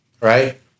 right